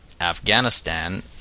Afghanistan